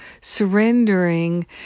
surrendering